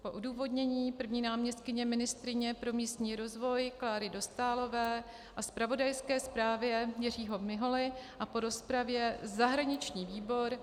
Po odůvodnění první náměstkyně ministryně pro místní rozvoj Ing. Kláry Dostálové, zpravodajské zprávě Jiřího Miholy a po rozpravě zahraniční výbor